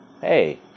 Hey